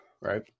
Right